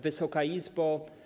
Wysoka Izbo!